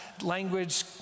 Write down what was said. language